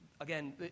again